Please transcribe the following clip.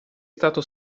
stato